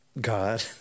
God